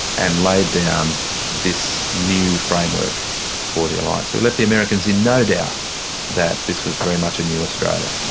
and laid down this new framework for the alliance. we left the americans in no doubt that this was very much a new australia.